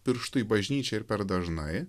pirštu į bažnyčią ir per dažnai